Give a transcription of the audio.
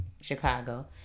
Chicago